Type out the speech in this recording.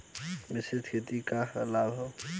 मिश्रित खेती क का लाभ ह?